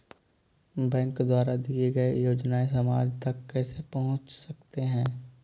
Bank द्वारा दिए गए योजनाएँ समाज तक कैसे पहुँच सकते हैं?